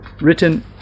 written